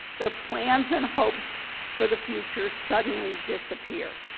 their plans and hopes for the future suddenly disappear.